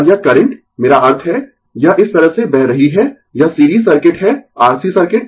और यह करंट मेरा अर्थ है यह इस तरह से बह रही है यह सीरीज सर्किट है R C सर्किट